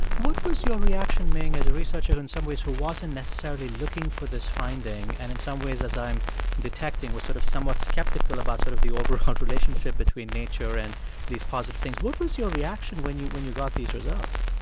what was your reaction, ming, as a researcher in some ways who wasn't necessarily looking for this finding and in some ways, as i'm detecting, was sort of somewhat skeptical about about sort of the overall relationship between nature and these positive things? what was your reaction when you when you got these results?